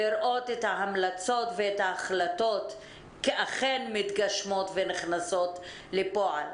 לראות את ההמלצות ואת ההחלטות ככאלה שאכן מתגשמות ונכנסות לפועל.